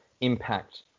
impact